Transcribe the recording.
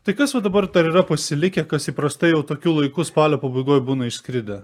tai kas va dabar dar yra pasilikę kas įprastai jau tokiu laiku spalio pabaigoj būna išskridę